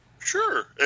Sure